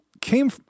came